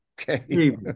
Okay